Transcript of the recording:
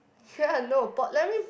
ya no port I mean